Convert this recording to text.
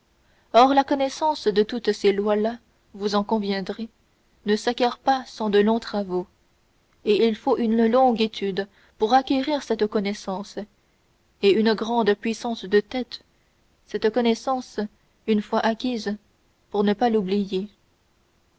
or la connaissance de toutes ces lois là vous en conviendrez ne s'acquiert pas sans de longs travaux et il faut une longue étude pour acquérir cette connaissance et une grande puissance de tête cette connaissance une fois acquise pour ne pas l'oublier